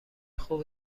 خوب